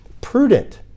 prudent